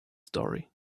story